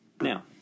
Now